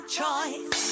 choice